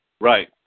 Right